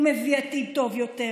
גם לילדיכם הוא מביא עתיד טוב יותר.